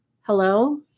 Hello